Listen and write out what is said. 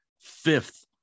fifth